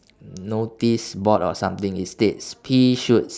noticeboard or something it states pea shoots